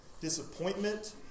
disappointment